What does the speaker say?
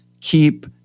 keep